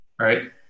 Right